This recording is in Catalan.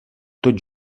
tot